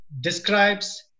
describes